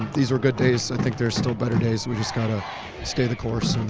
these are good days, i think there are still better days. we just got to stay the course.